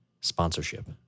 sponsorship